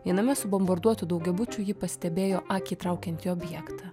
viename subombarduotų daugiabučių ji pastebėjo akį traukiantį objektą